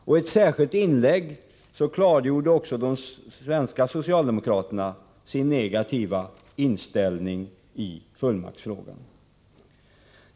I ett särskilt inlägg klargjorde också de svenska socialdemokraterna sin negativa inställning i fullmaktsfrågan.